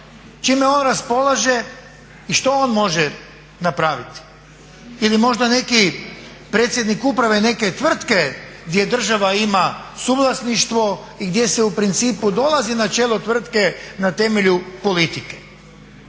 čime on raspolaže i što on može napraviti. Ili možda neki predsjednik uprave neke tvrtke gdje država ima suvlasništvo i gdje se u principu dolazi na čelo tvrtke na temelju politike.